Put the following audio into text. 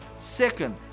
second